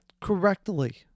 correctly